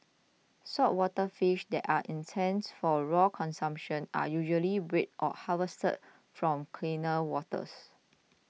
saltwater fish that are intended for raw consumption are usually bred or harvested from cleaner waters